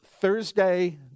Thursday